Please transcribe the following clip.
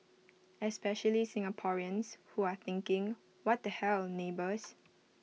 especially Singaporeans who are thinking what the hell neighbours